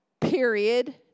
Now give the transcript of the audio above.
period